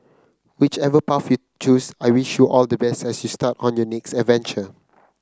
whichever path you choose I wish you all the best as you start on your next adventure